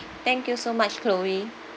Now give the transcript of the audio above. thank you so much chloe